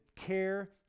care